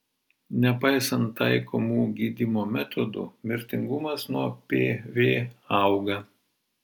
nepaisant taikomų gydymo metodų mirtingumas nuo pv auga